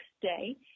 day